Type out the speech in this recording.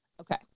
Okay